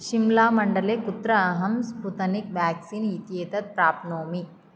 शिम्लामण्डले कुत्र अहं Sputnik vaccine इत्येतत् प्राप्नोमि